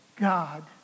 God